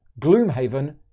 Gloomhaven